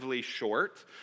short